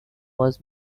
was